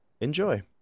enjoy